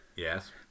Yes